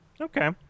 okay